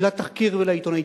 לתחקיר ולעיתונאית.